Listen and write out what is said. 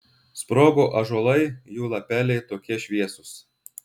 sprogo ąžuolai jų lapeliai tokie šviesūs